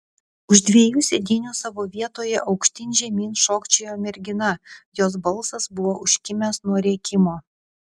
už dviejų sėdynių savo vietoje aukštyn žemyn šokčiojo mergina jos balsas buvo užkimęs nuo rėkimo